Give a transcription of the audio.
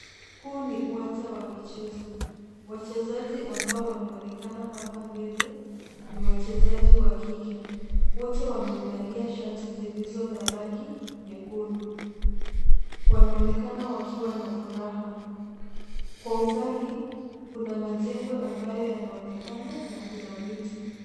Huu ni uwanja wa michezo. Wachezaji ambao wanaonekana hapa mbele, ni wachezaji wa kike. Wote wamevalia shati zilizo na rangi nyekundu wanaonekana wakiwa na furaha. Kwa umbali kuna majengo ambayo yanaonekana na kuna miti.